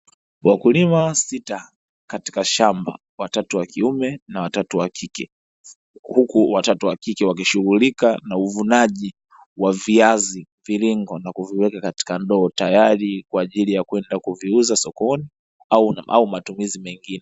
Wakulima sita katika shamba, watatu wakiume na watatu wakike, huku watatu wakike wakishughulika na uvunaji wa viazi mviringo na kuviweka katika ndoo, tayari kwa ajili ya kwenda kuviuza sokoni, au matumizi mengine.